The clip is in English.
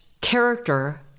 character